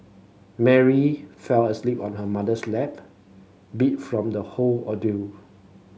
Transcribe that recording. Mary fell asleep on her mother's lap beat from the whole ordeal